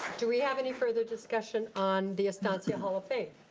do we have any further discussion on the estancia hall of fame?